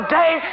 day